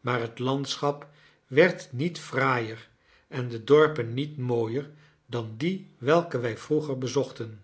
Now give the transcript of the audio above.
maar het landschap werd niet fraaier en de dorpen niet mooier dan die welke wij vroeger bezochten